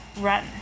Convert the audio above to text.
run